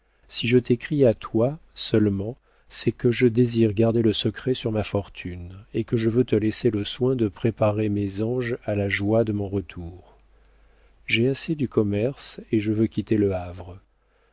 si je t'écris à toi seulement c'est que je désire garder le secret sur ma fortune et que je veux te laisser le soin de préparer mes anges à la joie de mon retour j'ai assez du commerce et je veux quitter le havre